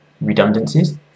redundancies